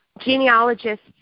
genealogists